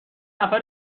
نفر